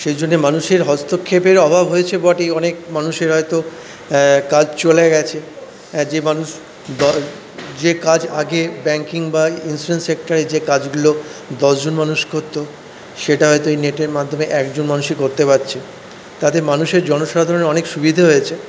সেই জন্যে মানুষের হস্তক্ষেপের অভাব হয়েছে বটেই অনেক মানুষের হয়ত কাজ চলে গেছে যে মানুষ যে কাজ আগে ব্যাঙ্কিং বা ইন্স্যুরেন্স সেক্টরে যে কাজগুলো দশজন মানুষ করত সেটা হয়ত এই নেটের মাধ্যমে একজন মানুষই করতে পারছে তাতে মানুষের জনসাধারণের অনেক সুবিধা হয়েছে